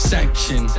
Sanction